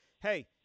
hey